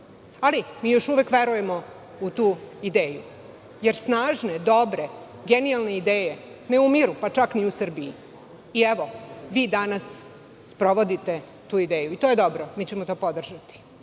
Ali, mi još uvek verujemo u tu ideju, jer snažne dobre genijalne ideje, ne umiru, pa čak ni u Srbiji. Evo, vi danas sprovodite tu ideju. To je dobro. Mi ćemo to podržati. Da